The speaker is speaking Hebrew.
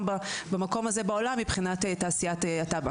במקום הזה בעולם מבחינת תעשיית הטבק,